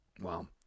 Wow